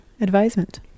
advisement